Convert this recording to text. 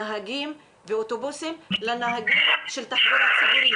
נהגים ואוטובוסים לנהגים של התחבורה הציבורית.